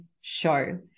show